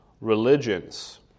religions